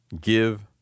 give